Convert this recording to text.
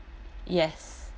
yes